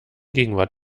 gegenwart